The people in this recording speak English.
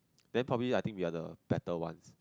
then probably I think we are the better ones